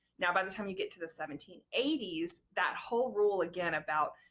now by the time you get to the seventeen eighty s that whole rule again about,